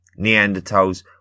Neanderthals